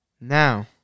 Now